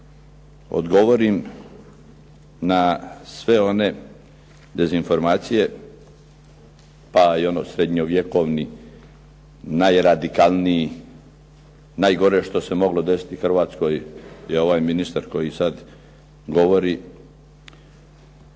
odgovorim na sve one dezinformacije, pa i ono srednjovjekovni, najradikalniji, najgore što se moglo desiti Hrvatskoj je ovaj ministar koji sad govori,